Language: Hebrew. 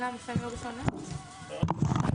לגבי בטיחות השימוש של החיסון המוגבר לאנשים מדוכאי